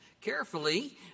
carefully